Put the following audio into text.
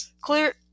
clear